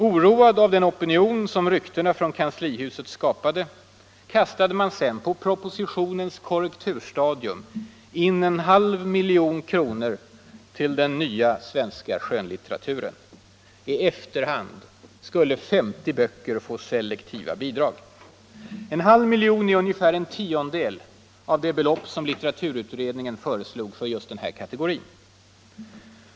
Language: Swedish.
Oroad av den opinion, som ryktena från kanslihuset skapade, kastade man på propositionens korrekturstadium in en halv miljon kronor till den nya svenska skönlitteraturen. I efterhand skulle 50 böcker få selektiva bidrag. En halv miljon kronor är ungefär en tiondel av det belopp som litteraturutredningen föreslog för den kategorin.